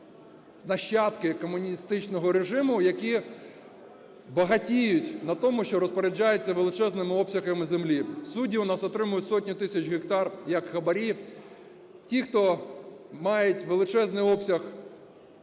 нащадки комуністичного режиму, які багатіють на тому, що розпоряджаються величезними обсягами землі. Судді у нас отримують сотні тисяч гектар як хабарі. Ті, хто мають величезний обсяг